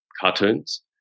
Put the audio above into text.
cartoons